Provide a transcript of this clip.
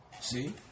See